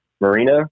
marina